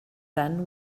then